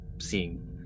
seeing